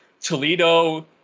toledo